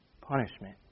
punishment